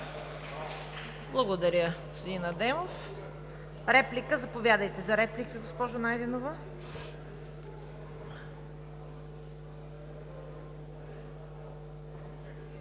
Благодаря, господин Адемов. Реплика? Заповядайте за реплика, госпожо Найденова.